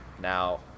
Now